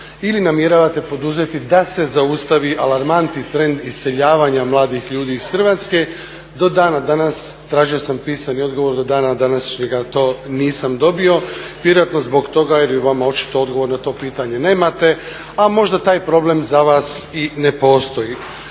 ili namjeravate poduzeti da se zaustavi alarmantni trend iseljavanja mladih ljudi iz Hrvatske. Do dana danas, tražio sam pisani odgovor, do dana današnjeg to nisam dobio vjerojatno zbog toga jer očito odgovor na to pitanje nemate, a možda taj problem za vas i ne postoji.